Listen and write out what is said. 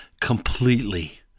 completely